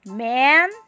man